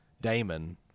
Damon